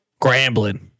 Grambling